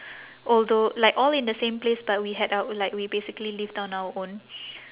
although like all in the same place but we had our own like we basically lived on our own